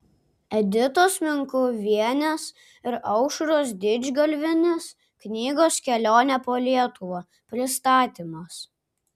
editos minkuvienės ir aušros didžgalvienės knygos kelionė po lietuvą pristatymas